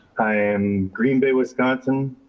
i am green bay, wisconsin,